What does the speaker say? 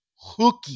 hooky